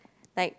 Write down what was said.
like